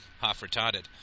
half-retarded